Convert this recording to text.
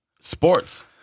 sports